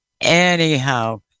Anyhow